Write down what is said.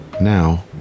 Now